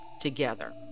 together